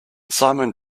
simon